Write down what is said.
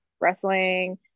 wrestling